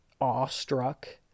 awestruck